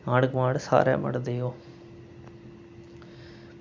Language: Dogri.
आंढ गोआंढ सारे बंडदे ओह्